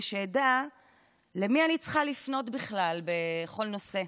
שאדע למי אני צריכה לפנות בכלל בכל נושא.